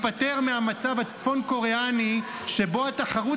"רק ככה ניפטר מהמצב הצפון קוריאני שבו התחרות